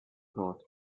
thought